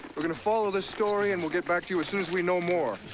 we're going to follow this story and will get back to you as soon as we know more.